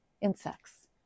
insects